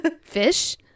Fish